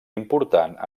important